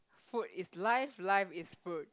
food is life life is food